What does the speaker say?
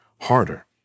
harder